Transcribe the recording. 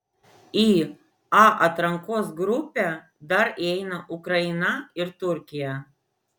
į a atrankos grupę dar įeina ukraina ir turkija